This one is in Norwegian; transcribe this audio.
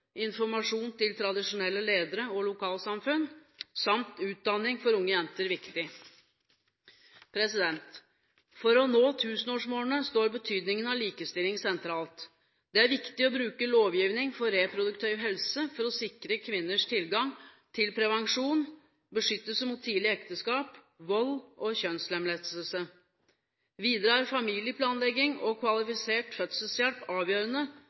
informasjon til tradisjonelle ledere og lokalsamfunn samt utdanning for unge jenter viktig. For å nå tusenårsmålene står betydningen av likestilling sentralt. Det er viktig å bruke lovgivning for reproduktiv helse for å sikre kvinners tilgang til prevensjon, beskyttelse mot tidlig ekteskap, vold og kjønnslemlestelse. Videre er familieplanlegging og kvalifisert fødselshjelp avgjørende